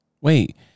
Wait